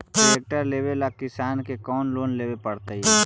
Tractor लेवेला किसान के कौन लोन लेवे पड़तई?